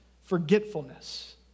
forgetfulness